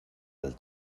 del